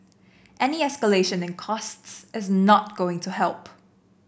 any escalation in costs is not going to help